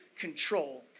control